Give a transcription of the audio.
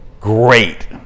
great